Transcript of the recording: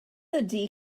ydy